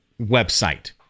website